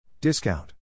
Discount